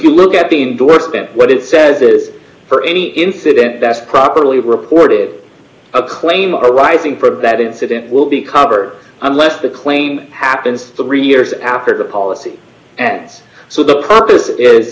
you look at the endorsement what it says is for any incident that's properly reported a claim arising prove that incident will be cover unless the claim happens three years after the policy ends so the purpose is